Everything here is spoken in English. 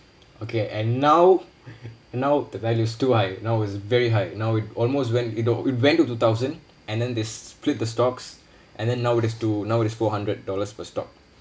okay and now now the values too high now is very high now it almost went it al~ went to two thousand and then they split the stocks and then now it is too now it is four hundred dollars per stock